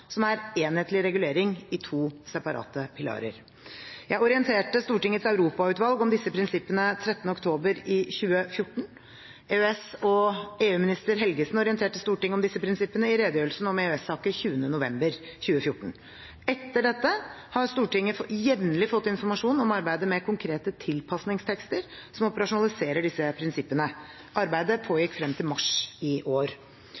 som er enhetlig regulering i to separate pilarer. Jeg orienterte Stortingets europautvalg om disse prinsippene 13. oktober 2014. EØS- og EU-minister Helgesen orienterte Stortinget om disse prinsippene i redegjørelsen om EØS-saker 20. november 2014. Etter dette har Stortinget jevnlig fått informasjon om arbeidet med konkrete tilpasningstekster som operasjonaliserer disse prinsippene. Arbeidet pågikk frem til mars i år.